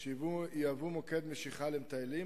שיהוו מוקד משיכה למטיילים.